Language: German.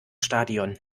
stadion